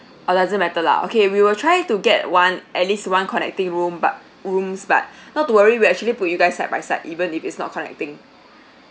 oh doesn't matter lah okay we will try to get one at least one connecting room but rooms but not to worry we'll actually put you guys side by side even if it's not connecting